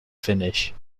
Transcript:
finish